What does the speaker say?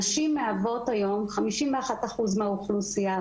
נשים מהוות היום 51 אחוזים מהאוכלוסייה,